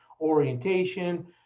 orientation